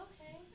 okay